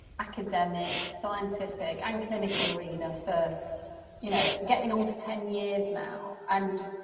academic, scientific, and clinical arena for you know getting on for ten years now and